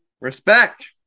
Respect